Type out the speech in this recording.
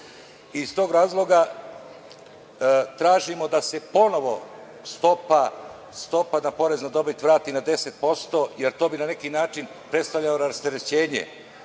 Iz tog razloga tražimo da se ponovo stopa poreza na dobit vrati na 10%, jer to bi na neki način predstavljalo rasterećenje